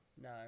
No